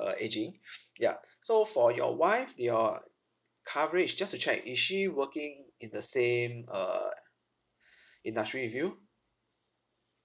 uh ageing yup so for your wife your coverage just to check is she working in the same uh industry with you